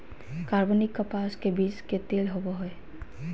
कार्बनिक कपास के बीज के तेल होबो हइ